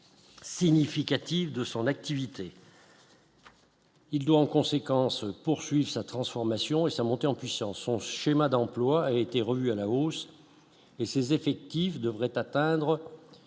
significative de son activité. Il doit, en conséquence, poursuit sa transformation et sa montée en puissance 11 schéma d'emplois a été revu à la hausse et ses effectifs devraient atteindre